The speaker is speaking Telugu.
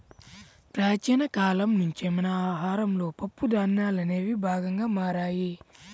ప్రాచీన కాలం నుంచే మన ఆహారంలో పప్పు ధాన్యాలనేవి భాగంగా మారాయి